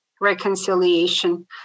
reconciliation